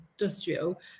industrial